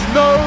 no